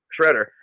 Shredder